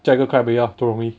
加一个 clap 比较不容易